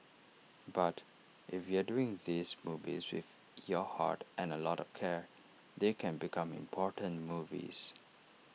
but if you're doing these movies with your heart and A lot of care they can become important movies